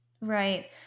Right